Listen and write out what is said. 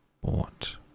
bought